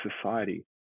society